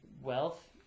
wealth